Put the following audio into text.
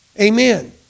Amen